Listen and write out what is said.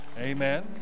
Amen